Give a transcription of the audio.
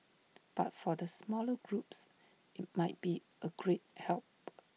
but for the smaller groups IT might be A great help